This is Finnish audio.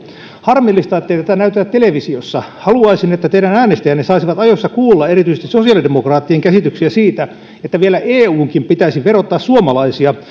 harmillista ettei tätä näytetä televisiossa haluaisin että teidän äänestäjänne saisivat ajoissa kuulla erityisesti sosiaalidemokraattien käsityksiä siitä että vielä eunkin pitäisi verottaa suomalaisia